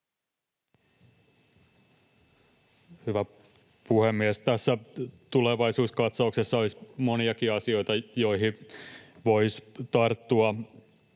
Hyvä puhemies! Tässä tulevaisuuskatsauksessa olisi moniakin asioita, joihin voisi tarttua.